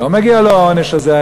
לא מגיע לו העונש הזה,